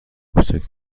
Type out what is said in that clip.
کوچک